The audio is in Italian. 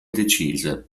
decise